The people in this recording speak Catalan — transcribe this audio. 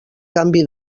canvi